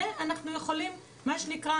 את זה אנחנו יכולים לאמוד,